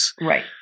Right